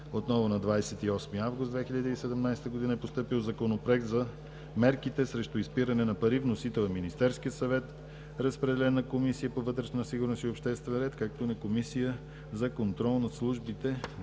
фондове. На 28 август 2017 г. е постъпил Законопроект за мерките срещу изпиране на пари. Вносител е Министерският съвет. Разпределен е на Комисията по вътрешна сигурност и обществен ред, както и на Комисията за контрол над службите за